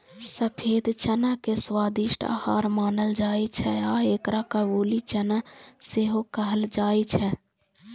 सफेद चना के स्वादिष्ट आहार मानल जाइ छै आ एकरा काबुली चना सेहो कहल जाइ छै